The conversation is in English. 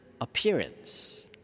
appearance